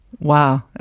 Wow